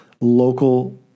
local